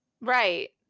Right